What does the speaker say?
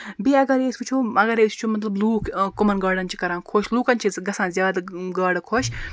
بیٚیہِ اَگر أسۍ وُچھو اَگر أسۍ وُچھو مطلب لُکھ کمَن گاڈَن چھِ کران خۄش لُکَن چھُ گژھان زیادٕ گاڈٕ خۄش